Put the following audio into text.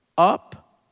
up